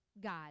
God